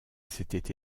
s’était